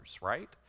right